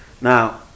Now